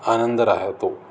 आनंद राहतो